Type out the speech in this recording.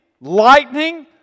lightning